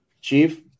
Chief